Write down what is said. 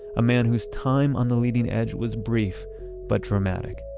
a man whose time on the leading edge was brief but dramatic.